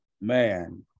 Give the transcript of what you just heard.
Man